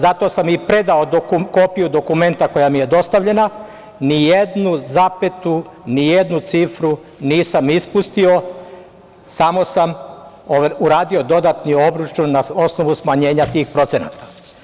Zato sam i predao kopiju dokumenta koja mi je dostavljena, ni jednu zapetu, ni jednu cifru nisam ispustio, samo sam uradio dodatni obračun na osnovu smanjenja tih procenata.